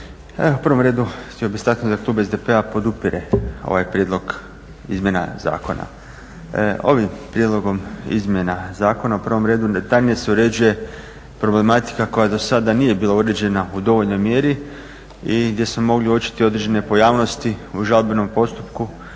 U prvom redu htio bih istaknuti da klub SDP-a podupire ovaj prijedlog izmjena zakona. ovim prijedlogom izmjena zakona u prvom redu detaljnije se uređuje problematika koja do sada nije bila uređena u dovoljnoj mjeri i gdje se mogu uočiti određene pojavnosti u žalbenom postupku